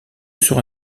sera